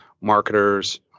marketers